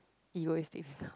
egoistic